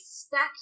expect